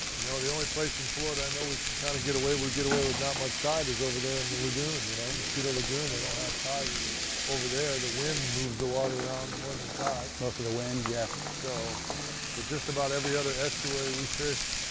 you know, the only place in florida i know we can kind of get away, we get away with not much tide is over there in the lagoon. you know mosquito lagoon, they don't have tide over there. the wind moves the water around more than the tide. mostly the wind, yeah. so but just about every other estuary we fish,